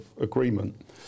agreement